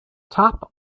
tap